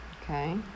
Okay